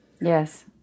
Yes